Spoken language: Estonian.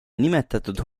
nimetatud